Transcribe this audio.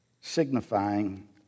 signifying